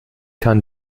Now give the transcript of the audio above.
kann